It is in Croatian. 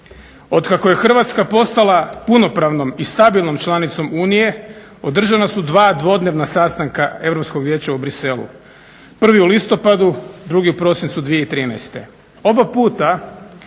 Otkako je Hrvatska postala punopravnom i stabilnom članicom Unije održana su dva dvodnevna sastanka Europskog vijeća u Bruxellesu, prvi u listopadu, drugi u prosincu 2013. Oba puta